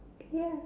ya